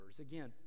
Again